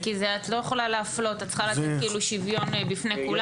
כי את לא יכלה להפלות, את צריכה לתת שוויון לכולם.